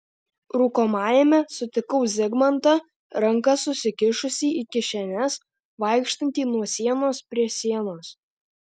rūkomajame sutikau zigmantą rankas susikišusį į kišenes vaikštantį nuo sienos prie sienos